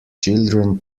children